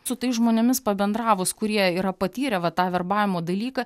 su tais žmonėmis pabendravus kurie yra patyrę va tą verbavimo dalyką